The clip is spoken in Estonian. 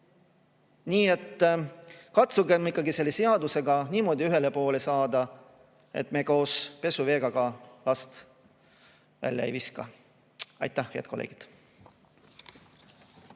Nii et katsugem ikkagi selle seadusega ühele poole saada nii, et me koos pesuveega last välja ei viska! Aitäh, head kolleegid!